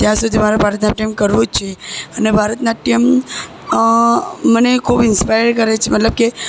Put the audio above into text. ત્યાં સુધી મારે ભારત નાટ્યમ કરવું જ છે અને ભારત નાટ્યમ મને ખૂબ ઇન્સ્પાયર કરે છે મતલબ